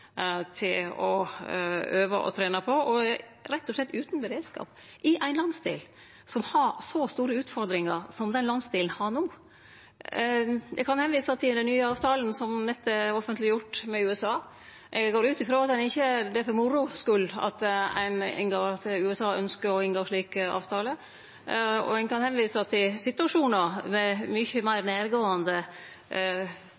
å øve og trene på og rett og slett er utan beredskap i ein landsdel som har så store utfordringar som det landsdelen har no. Eg kan vise til den nye avtalen med USA som nett vart offentleggjord. Eg går ut frå at det ikkje er for moro skuld at USA ønskjer å inngå ein slik avtale. Eg kan vise til situasjonar med mykje